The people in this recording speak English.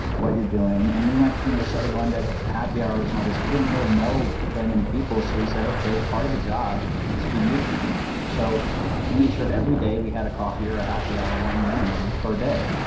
what you're doing. and we you know started going to happy hours and all this. we didn't really know very many people, so we said, ok, part of the job needs to be meeting people. so we made sure every day we had a coffee or a happy hour, one minimum per day,